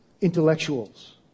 intellectuals